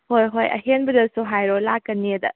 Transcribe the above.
ꯍꯣꯏ ꯍꯣꯏ ꯑꯍꯦꯟꯕꯗꯁꯨ ꯍꯥꯏꯔꯣ ꯂꯥꯛꯀꯅꯤꯗ